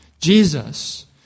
Jesus